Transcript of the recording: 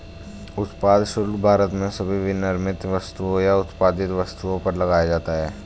उत्पाद शुल्क भारत में सभी विनिर्मित वस्तुओं या उत्पादित वस्तुओं पर लगाया जाता है